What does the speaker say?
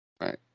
Right